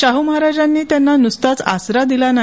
शाह महाराजांनी त्यांना नुसताच आसरा दिला नाही